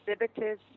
exhibitors